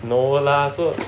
no lah so